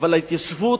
אבל ההתיישבות,